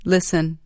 Listen